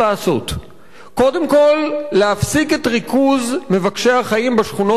להפסיק את ריכוז מבקשי החיים בשכונות העניות והמוחלשות ביותר בארץ.